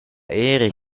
eri